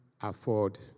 afford